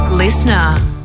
Listener